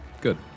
Good